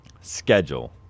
schedule